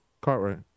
Cartwright